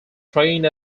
trained